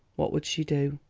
what would she do?